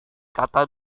kata